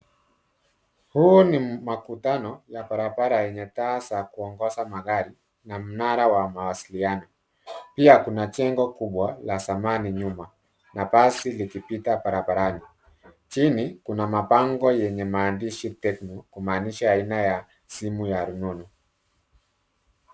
Huu ni makutano ya barabara yenye taa za kuongoza magari na mnara wa mawasiliano pia kuna jengo kubwa la zamani nyuma na basi likipita barabarani. Chini kuna mabango yenye maandishi Tecno kumaainisha aina simu ya rununu.